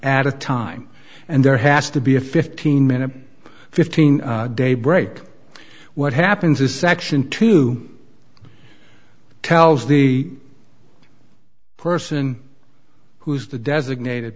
at a time and there has to be a fifteen minute fifteen day break what happens is section two tells the person who is the designated